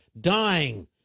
dying